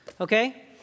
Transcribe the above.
okay